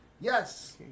yes